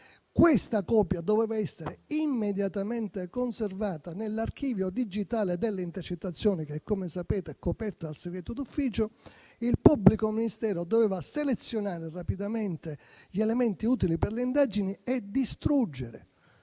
Questa copia doveva essere immediatamente conservata nell'archivio digitale delle intercettazioni, che come sapete è coperto dal segreto d'ufficio; il pubblico ministero doveva selezionare rapidamente gli elementi utili per le indagini e distruggere